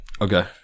Okay